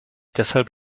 deshalb